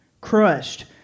crushed